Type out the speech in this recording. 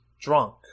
drunk